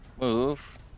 move